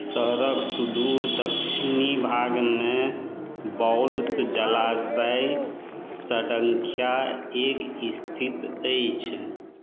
शहरक सुदूर दक्षिणी भागमे बाउल्स जलाशय सडनख्या एक स्थित अछि